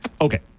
Okay